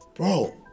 Bro